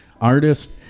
artist